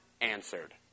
answered